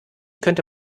könnte